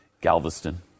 Galveston